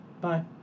Bye